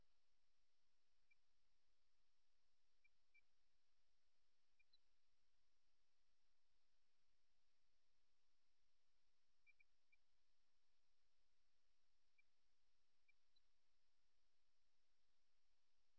இந்த நிலைப்பாட்டை ஏற்றுக்கொள்ளும் மக்கள் சில நேரங்களில் வசதியாக நிற்கும் மக்களாக வருவார்கள் எவ்வாறாயினும் அந்த நபர் தன்னைச் சுற்றி என்ன நடக்கிறது என்பதில் சரியாக அக்கறை காட்டவில்லை அல்லது அதற்கு பதிலாக கிடைக்கக்கூடிய முதல் வாய்ப்பை விட்டு விலகிச் செல்ல விரும்புகிறார் என்று அது அறிவுறுத்துகிறது